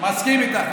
אני מסכים איתך,